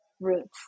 roots